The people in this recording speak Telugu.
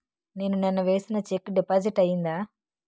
నేను నిన్న వేసిన చెక్ డిపాజిట్ అయిందా?